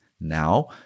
now